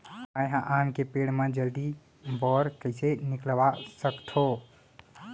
मैं ह आम के पेड़ मा जलदी बौर कइसे निकलवा सकथो?